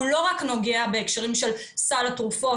הוא לא נוגע רק בהקשרים של סל התרופות.